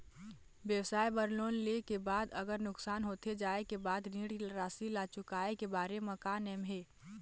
व्यवसाय बर लोन ले के बाद अगर नुकसान होथे जाय के बाद ऋण राशि ला चुकाए के बारे म का नेम हे?